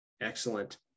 Excellent